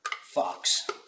Fox